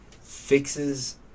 fixes